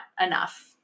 enough